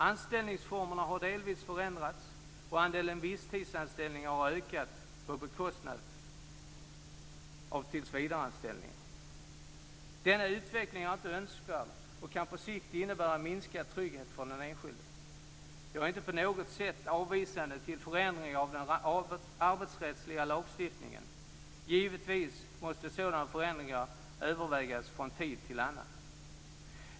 Anställningsformerna har delvis förändrats, och andelen visstidsanställningar har ökat på bekostnad av tillsvidareanställningar. Denna utveckling är inte önskvärd och kan på sikt innebära minskad trygghet för den enskilde. Jag är inte på något sätt avvisande till förändringar av den arbetsrättsliga lagstiftningen. Givetvis måste sådana förändringar övervägas från tid till annan.